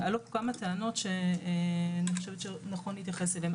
עלו כמה טענות שאני חושבת שנכון להתייחס אליהם.